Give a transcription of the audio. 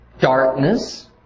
darkness